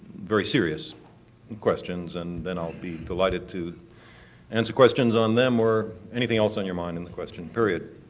very serious and questions and then i'll be delighted to answer questions on them or anything else on your mind in the question period.